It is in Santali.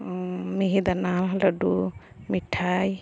ᱢᱤᱦᱤ ᱫᱟᱱᱟ ᱞᱟᱹᱰᱩ ᱢᱤᱴᱷᱟᱭ